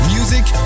Music